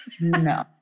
No